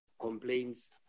complaints